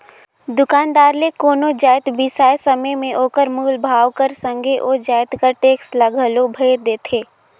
दुकानदार ले कोनो जाएत बिसाए समे में ओकर मूल भाव कर संघे ओ जाएत कर टेक्स ल घलो भइर देथे